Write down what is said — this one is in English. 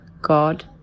God